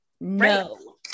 No